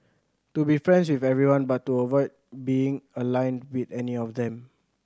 to be friends with everyone but to avoid being aligned with any of them